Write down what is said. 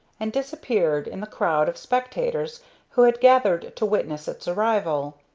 and disappeared in the crowd of spectators who had gathered to witness its arrival.